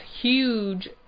huge